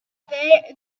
there